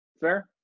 Fair